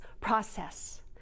process